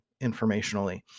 informationally